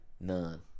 None